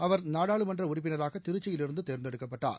அவர் நாடாளுமன்ற உறுப்பினராகவும் திருச்சியில் இருந்து தேர்ந்தெடுக்கப்பட்டார்